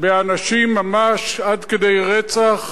באנשים ממש עד כדי רצח,